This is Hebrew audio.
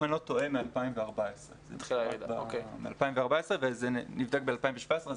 אם אני לא טועה משנת 2014 וזה נבדק ב-2017,